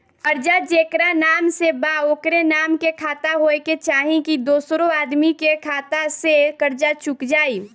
कर्जा जेकरा नाम से बा ओकरे नाम के खाता होए के चाही की दोस्रो आदमी के खाता से कर्जा चुक जाइ?